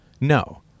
No